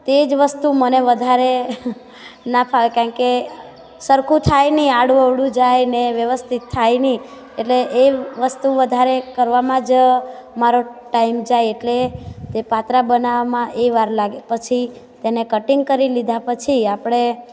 તે જ વસ્તુ મને વધારે ના ફાવે કારણ કે સરખું થાય નહીં આડુંઅવળું જાય ને વ્યવસ્થિત થાય નહીં એટલે એ વસ્તુ વધારે કરવામાં જ મારો ટાઈમ જાય એટલે તે પાતરા બનાવવામાં એ વાર લાગે પછી તેને કટિંગ કરી લીધા પછી આપણે